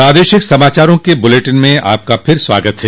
प्रादेशिक समाचारों के इस बुलेटिन में आपका फिर से स्वागत है